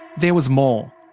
there was more.